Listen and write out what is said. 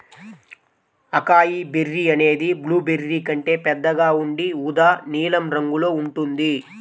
acai berry అనేది blueberry కంటే పెద్దగా ఉండి ఊదా నీలం రంగులో ఉంటుంది